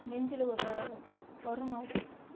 நெஞ்சில் ஒரு வரணும் அது